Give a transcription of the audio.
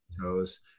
Toes